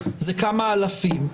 זה כמה אלפים.